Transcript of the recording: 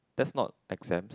that's not exam